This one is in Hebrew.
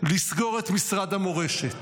לסגור את משרד המורשת,